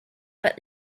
but